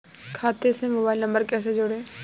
खाते से mobile number कैसे जोड़ें?